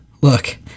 look